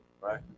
right